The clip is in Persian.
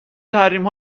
تحریم